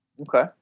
Okay